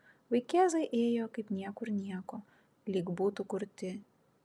vaikėzai ėjo kaip niekur nieko lyg būtų kurti